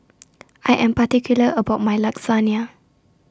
I Am particular about My Lasagna